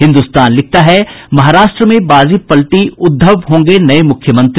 हिन्दुस्तान लिखता है महाराष्ट्र में बाजी पलटी उद्धव होंगे नये मुख्यमंत्री